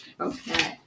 Okay